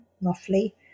roughly